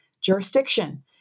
jurisdiction